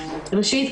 ראשית,